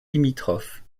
limitrophes